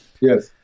yes